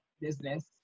business